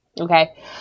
Okay